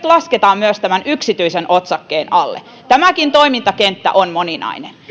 lasketaan nyt myös tämän yksityisen otsakkeen alle tämäkin toimintakenttä on moninainen